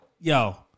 yo